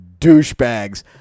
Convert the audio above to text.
douchebags